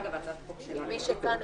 אם זה היה עניין